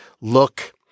look